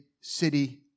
city